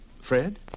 Fred